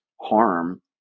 harm